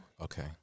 okay